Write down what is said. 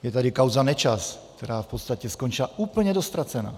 Je tady kauza Nečas, která v podstatě skončila úplně do ztracena.